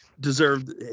deserved